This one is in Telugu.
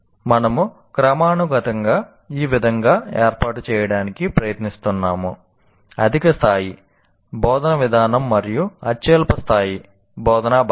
మనము క్రమానుగతంగా ఈ విధంగా ఏర్పాటు చేయడానికి ప్రయత్నిస్తున్నాము అత్యధిక స్థాయి బోధనా విధానం మరియు అత్యల్ప స్థాయి బోధనా భాగాలు